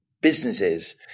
businesses